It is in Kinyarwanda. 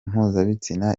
mpuzabitsina